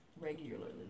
regularly